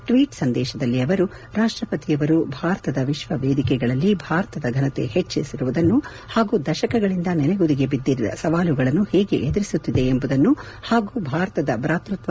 ಟ್ಷೀಟ್ ಸಂದೇಶದಲ್ಲಿ ಅವರು ರಾಷ್ಷಪತಿಯವರು ಭಾರತದ ವಿಶ್ವ ವೇದಿಕೆಗಳಲ್ಲಿ ಭಾರತದ ಘನತೆ ಪೆಚ್ವಿರುವುದನ್ನು ಹಾಗೂ ದಶಕಗಳಿಂದ ನನೆಗುದಿಗೆ ಬಿದ್ದಿದ್ದ ಸವಾಲುಗಳನ್ನು ಹೇಗೆ ಎದುರಿಸುತ್ತಿದೆ ಎಂಬುದನ್ನು ಪಾಗೂ ಭಾರತದ ಭಾತೃತ್ವ